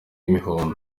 imihoho